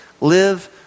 live